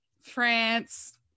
france